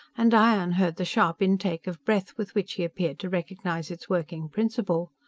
and diane heard the sharp intake of breath with which he appeared to recognize its working principle.